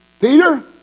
Peter